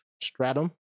stratum